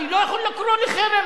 אני לא יכול לקרוא לחרם